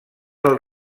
del